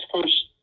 first